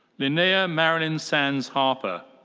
linnaea marilyn sands harper.